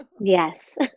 yes